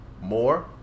more